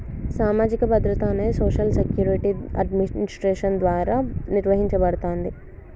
సామాజిక భద్రత అనేది సోషల్ సెక్యూరిటీ అడ్మినిస్ట్రేషన్ ద్వారా నిర్వహించబడతాంది